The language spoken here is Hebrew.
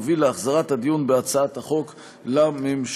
יוביל להחזרת הדיון בהצעת החוק לממשלה.